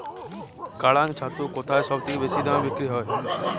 কাড়াং ছাতু কোথায় সবথেকে বেশি দামে বিক্রি হয়?